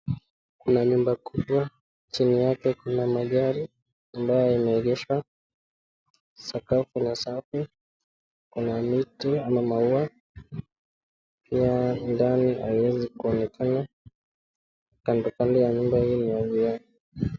Kuna nyumba kubwa chini yake kuna magari ambayo imeegeshwa, sakafu ni safi, kuna miti ama maua. Pia ndani haiwezi kuonekana. Kando kando ya nyumba hii ni ya vioo.